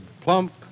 plump